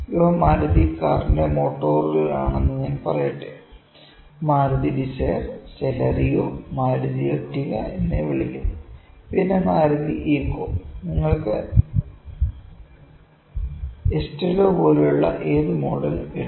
ഇവ മാരുതി കാറിന്റെ മോട്ടോറുകളാണെന്ന് ഞാൻ പറയട്ടെ Maruti Dzire Celerio Maruti Ertiga എന്ന് വിളിക്കുന്നു പിന്നെ മാരുതി ഈക്കോ നിങ്ങൾക്ക് എസ്റ്റിലോ പോലുള്ള ഏത് മോഡലും ഇടാം